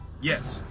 yes